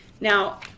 now